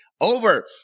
over